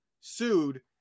sued